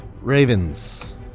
Ravens